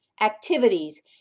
activities